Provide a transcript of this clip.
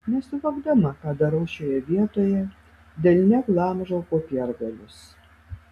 nesuvokdama ką darau šioje vietoje delne glamžau popiergalius